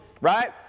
right